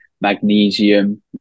magnesium